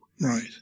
Right